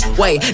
wait